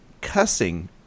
cussing